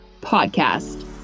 podcast